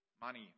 money